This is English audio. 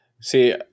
See